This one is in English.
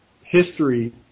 history